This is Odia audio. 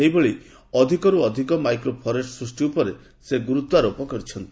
ଏହିଭଳି ଅଧିକରୁ ଅଧିକ ମାଇକ୍ରୋ ଫରେଷ୍ଟ ସୃଷ୍ଟି ଉପରେ ସେ ଗୁରୁତ୍ୱାରୋପ କରିଚ୍ଛନ୍ତି